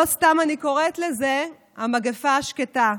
לא סתם אני קוראת לזה המגפה השקטה.